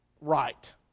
right